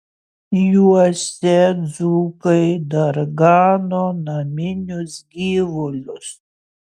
juose dzūkai dar gano naminius gyvulius